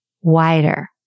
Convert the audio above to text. wider